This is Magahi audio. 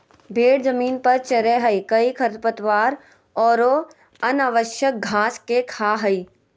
भेड़ जमीन पर चरैय हइ कई खरपतवार औरो अनावश्यक घास के खा हइ